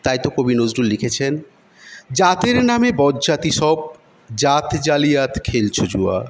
তাই তো কবি নজরুল লিখেছেন জাতের নামে বজ্জাতি সব জাত জালিয়াত খেলছো জুয়া